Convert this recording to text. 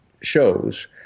shows